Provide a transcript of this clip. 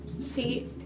See